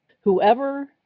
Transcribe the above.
whoever